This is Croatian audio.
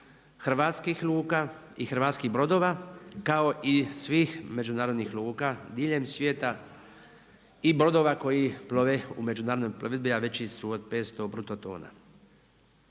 hrvatskih luka i hrvatskih brodova, kao i svih međunarodnih luka diljem svijeta i brodova koji plove u međunarodnoj plovidbi a veći su od 5 bruto tona.